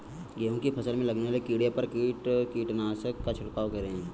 गेहूँ की फसल में लगने वाले कीड़े पर किस कीटनाशक का छिड़काव करें?